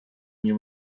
nie